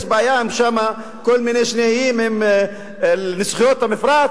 יש בעיה שם כל מיני, שני איים, לנסיכויות המפרץ.